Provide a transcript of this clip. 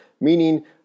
meaning